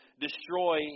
destroy